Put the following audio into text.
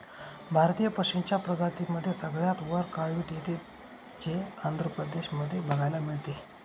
भारतीय पशूंच्या प्रजातींमध्ये सगळ्यात वर काळवीट येते, जे आंध्र प्रदेश मध्ये बघायला मिळते